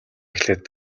эхлээд